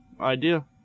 idea